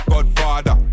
Godfather